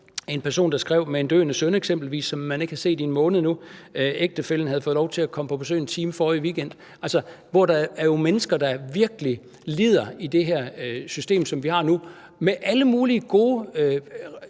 en person, der skrev om en døende søn, som vedkommende ikke havde set i en måned nu, og hvor ægtefællen havde fået lov til at komme på besøg en time forrige weekend. Altså, der er jo mennesker, der virkelig lider i det her system, som vi har nu. Der er alle mulige gode,